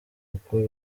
uko